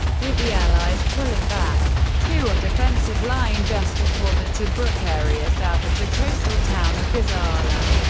with the allies pulling back to a defensive line just before the tobruk area south of the coastal town of gazala.